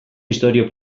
historia